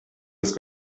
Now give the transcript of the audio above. das